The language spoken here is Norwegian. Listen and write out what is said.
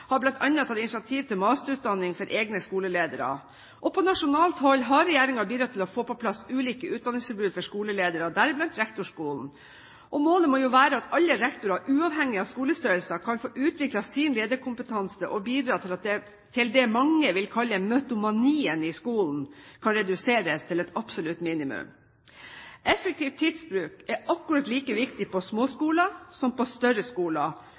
har bl.a. tatt initiativ til masterutdanning for egne skoleledere. På nasjonalt hold har regjeringen bidratt til å få på plass ulike utdanningstilbud for skoleledere, deriblant rektorskolen. Målet må jo være at alle rektorer – uavhengig av skolestørrelse – kan få utviklet sin lederkompetanse og bidra til at det mange vil kalle «møtomanien» i skolen, kan reduseres til et absolutt minimum. Effektiv tidsbruk er akkurat like viktig på små skoler som på større skoler,